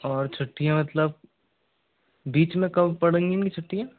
और छुट्टियाँ मतलब बीच में कब पड़ेगी छुट्टियाँ